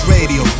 Radio